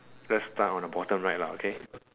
let's start on the bottom right lah okay